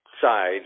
side